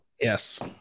yes